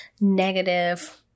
negative